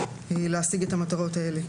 להשיג את המטרות האלה.